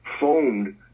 phoned